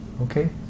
Okay